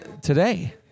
today